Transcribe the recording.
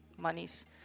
monies